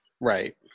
Right